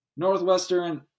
Northwestern